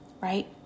Right